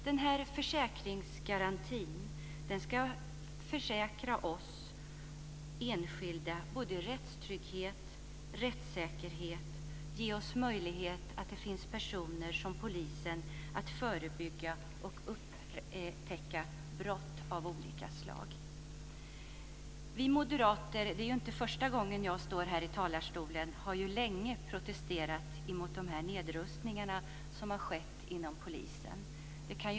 Denna försäkring ska garantera oss enskilda både rättstrygghet och rättssäkerhet samtidigt som den ska ge polisen möjlighet att förebygga och upptäcka brott av olika slag. Vi moderater har länge protesterat mot de nedrustningar som har skett inom polisen.